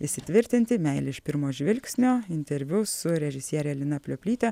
įsitvirtinti meilė iš pirmo žvilgsnio interviu su režisiere lina plioplyte